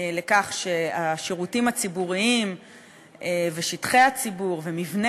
לכך שהשירותים הציבורים ושטחי הציבור ומבני